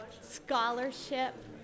Scholarship